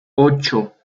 ocho